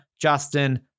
Justin